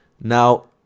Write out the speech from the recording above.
now